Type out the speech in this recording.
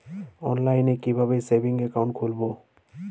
অনলাইনে কিভাবে savings account খুলবো?